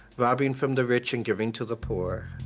robbing from the rich and giving to the poor.